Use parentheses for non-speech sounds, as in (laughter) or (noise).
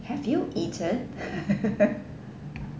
have you eaten (laughs)